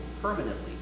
permanently